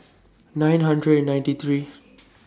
nine hundred and ninety three